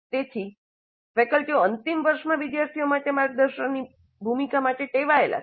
તેથી ફેકલ્ટીઓ અંતિમ વર્ષમાં વિદ્યાર્થીઓ માટે માર્ગદર્શકની ભૂમિકા માટે ટેવાય છે